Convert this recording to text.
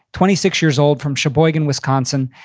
twenty six years old from sheboygan, wisconsin.